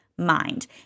mind